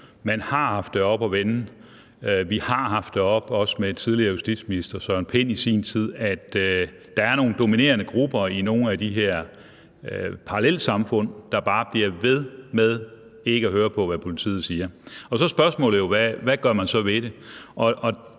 Man har haft det oppe at vende. Vi har haft det oppe, også med en tidligere justitsminister, Søren Pind, i sin tid, at der er nogle dominerende grupper i nogle af de her parallelsamfund, der bare bliver ved med ikke at høre på, hvad politiet siger. Så er spørgsmålet: Hvad gør man så ved det?